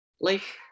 life